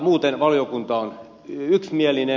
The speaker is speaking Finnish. muuten valiokunta on yksimielinen